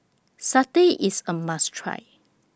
Satay IS A must Try